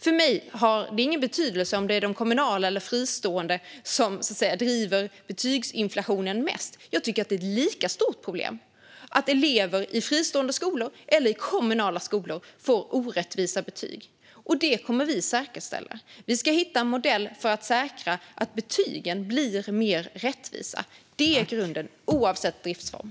För mig har det ingen betydelse om det är de kommunala eller de fristående skolorna som driver betygsinflationen mest. Jag tycker att det är ett lika stort problem att elever i fristående skolor och i kommunala skolor får orättvisa betyg. Vi ska hitta en modell för att säkra att betygen blir mer rättvisa. Det är grunden, oavsett driftsform.